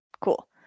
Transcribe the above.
Cool